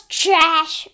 trash